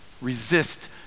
Resist